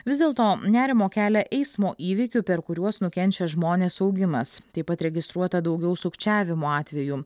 vis dėlto nerimo kelia eismo įvykių per kuriuos nukenčia žmonės augimas taip pat registruota daugiau sukčiavimo atvejų